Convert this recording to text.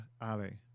alley